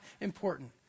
important